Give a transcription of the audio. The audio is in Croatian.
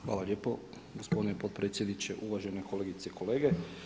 Hvala lijepo gospodine potpredsjedniče, uvažene kolegice i kolege.